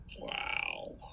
wow